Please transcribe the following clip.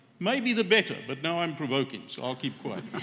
may be the better, but now i'm provoking, so i'll keep quiet.